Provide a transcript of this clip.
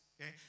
Okay